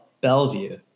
Bellevue